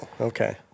okay